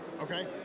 Okay